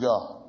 God